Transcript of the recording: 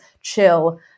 chill